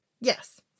Yes